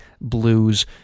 Blue's